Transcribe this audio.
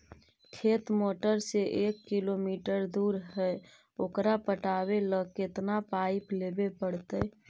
खेत मोटर से एक किलोमीटर दूर है ओकर पटाबे ल केतना पाइप लेबे पड़तै?